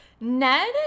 Ned